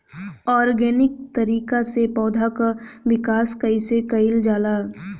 Organic तरीका से पौधा क विकास कइसे कईल जाला?